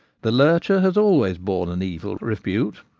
the lurcher has always borne an evil repute,